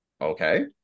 okay